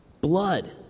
blood